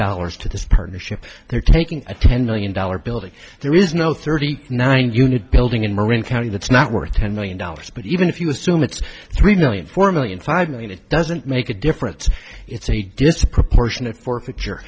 dollars to this partnership they're taking a ten million dollars building there is no thirty nine unit building in marin county that's not worth ten million dollars but even if you assume it's three million four million five million it doesn't make a difference it's a disproportionate for